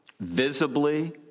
visibly